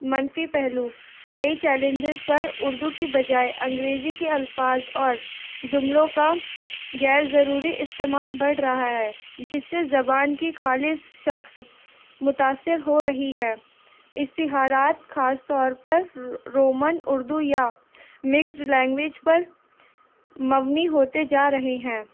منفی پہلو کئی چیلنجز پر اردو کی بجائے انگریزی کے الفاظ اور جملوں کا غیر ضروری استعمال بڑھ رہا ہے جس سے زبان کی خالص شکل متاثر ہو رہی ہے اشتہارات خاص طور پر رومن اردو یا مکسڈ لینگویج پر مبنی ہوتے جا رہے ہیں